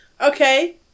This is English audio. Okay